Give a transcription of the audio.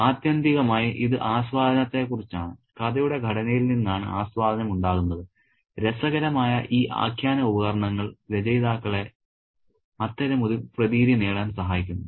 ആത്യന്തികമായി ഇത് ആസ്വാദനത്തെക്കുറിച്ചാണ് കഥയുടെ ഘടനയിൽ നിന്നാണ് ആസ്വാദനം ഉണ്ടാകുന്നത് രസകരമായ ഈ ആഖ്യാന ഉപകരണങ്ങൾ രചയിതാക്കളെ അത്തരമൊരു പ്രതീതി നേടാൻ സഹായിക്കുന്നു